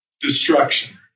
destruction